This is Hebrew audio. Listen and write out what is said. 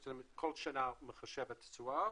כשכל שנה זה מחשב את התשואה,